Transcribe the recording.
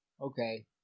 Okay